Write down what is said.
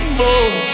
more